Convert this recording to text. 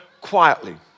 quietly